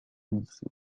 lycée